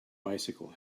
bicycle